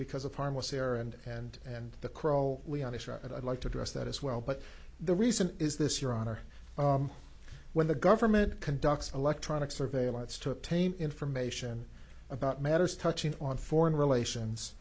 because of harmless error and and and the crawl we honestly i'd like to address that as well but the reason is this your honor when the government conducts electronic surveillance to tame information about matters touching on foreign relations